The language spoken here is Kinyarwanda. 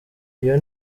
iyo